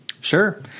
Sure